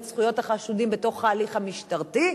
זכויות החשודים בתוך ההליך המשטרתי,